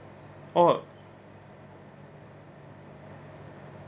oh